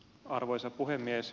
arvoisa puhemies